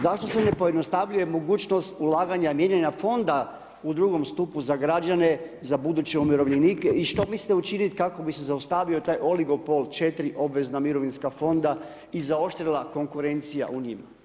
Zašto se ne pojednostavljuje mogućnost ulaganja mijenjanje fonda u drugom stupu za građane, za buduće umirovljenike i što mislite učiniti kako bi se zaustavio taj oligopol 4 obvezna mirovinska fonda i zaoštrila konkurencija u njima?